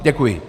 Děkuji.